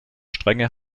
strenge